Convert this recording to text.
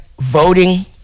voting